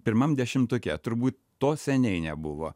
pirmam dešimtuke turbūt to seniai nebuvo